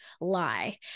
lie